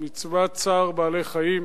מצוות צער בעלי-חיים,